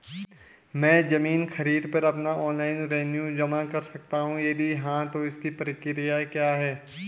मैं ज़मीन खरीद पर अपना ऑनलाइन रेवन्यू जमा कर सकता हूँ यदि हाँ तो इसकी प्रक्रिया क्या है?